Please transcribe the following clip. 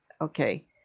Okay